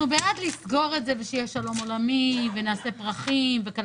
אנחנו בעד לסגור את זה ושיהיה שלום עולמי ונשתול פרחים ויהיו כלניות,